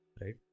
right